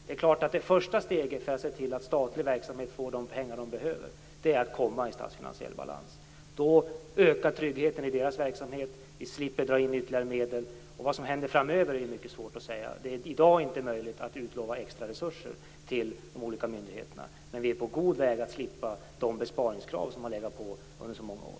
Det är klart att det första steget för att se till att statlig verksamhet får de pengar man behöver är att komma i statsfinansiell balans. Då ökar tryggheten i deras verksamhet. Vi slipper dra in ytterligare medel. Vad som händer framöver är mycket svårt att säga. Det är i dag inte möjligt att utlova extra resurser till de olika myndigheterna, men vi är på god väg att slippa de besparingskrav som har legat på under så många år.